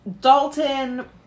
Dalton